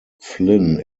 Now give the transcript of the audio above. flynn